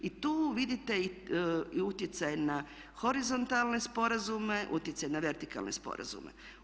I tu vidite utjecaj na horizontalne sporazume, utjecaj na vertikalne sporazume.